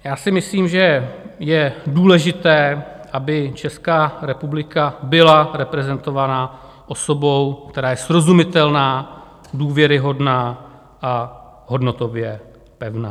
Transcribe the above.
Já si myslím, že je důležité, aby Česká republika byla reprezentována osobou, která je srozumitelná, důvěryhodná a hodnotově pevná.